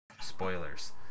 Spoilers